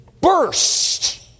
burst